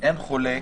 אין חולק.